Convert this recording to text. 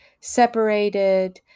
separated